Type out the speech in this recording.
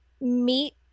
meet